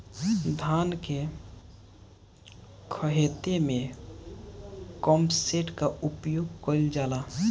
धान के ख़हेते में पम्पसेट का उपयोग कइल जाला?